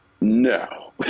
No